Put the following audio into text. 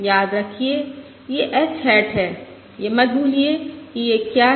याद रखिये ये h हैट है यह मत भूलिए कि ये क्या हैं